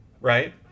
right